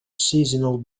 seasonal